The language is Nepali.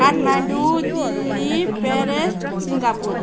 Kathmandu Delhi Paris Singapore